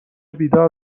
بیدار